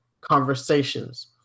conversations